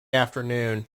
afternoon